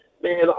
Man